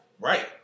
Right